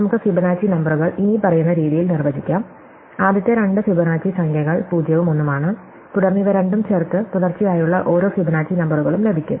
നമുക്ക് ഫിബൊനാച്ചി നമ്പറുകൾ ഇനിപ്പറയുന്ന രീതിയിൽ നിർവചിക്കാം ആദ്യത്തെ രണ്ട് ഫിബൊനാച്ചി സംഖ്യകൾ 0 ഉം 1 ഉം ആണ് തുടർന്ന് ഇവ രണ്ടും ചേർത്ത് തുടർച്ചയായുള്ള ഓരോ ഫിബൊനാച്ചി നമ്പറുകളും ലഭിക്കും